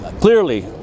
Clearly